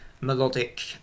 melodic